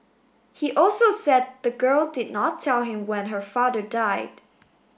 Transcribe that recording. he also said the girl did not tell him when her father died